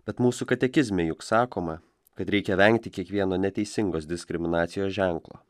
bet mūsų katekizme juk sakoma kad reikia vengti kiekvieno neteisingos diskriminacijos ženklo